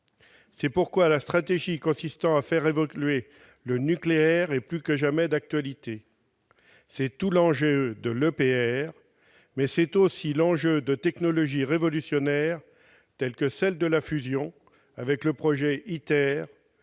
C'est pourquoi la stratégie consistant à faire évoluer le nucléaire est plus que jamais d'actualité. C'est tout l'enjeu de l'EPR, mais c'est aussi l'enjeu de technologies révolutionnaires, comme la fusion, avec le projet ITER,